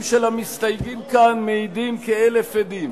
הדברים של המסתייגים כאן מעידים כאלף עדים